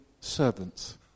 servants